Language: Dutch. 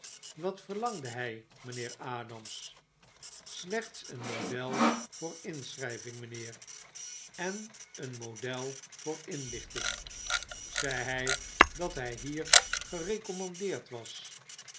wat verlangde hi mynheer adams slechs een model voor inschryving mynheer en een model voor inlichting zei hy dat hy hier gerecommandeerd was